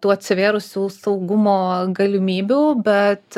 tu atsivėrusių saugumo galimybių bet